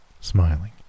smiling